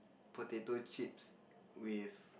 potato chips with